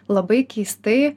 labai keistai